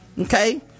Okay